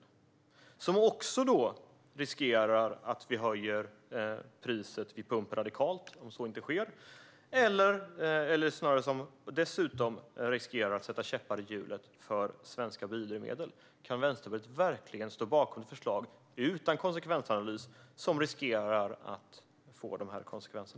Det riskerar också att leda till att vi höjer priset vid pump radikalt om så inte sker. Dessutom riskerar det att sätta käppar i hjulet för svenska biodrivmedel. Kan Vänsterpartiet verkligen stå bakom förslag utan konsekvensanalys som riskerar att få dessa konsekvenser?